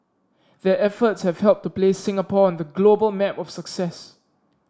their efforts have helped to place Singapore on the global map of success